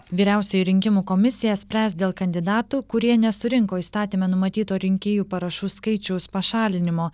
vyriausioji rinkimų komisija spręs dėl kandidatų kurie nesurinko įstatyme numatyto rinkėjų parašų skaičiaus pašalinimo